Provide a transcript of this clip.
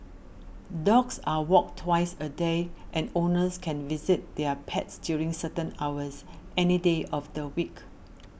dogs are walked twice a day and owners can visit their pets during certain hours any day of the week